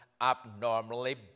abnormally